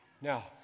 Now